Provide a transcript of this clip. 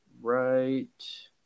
right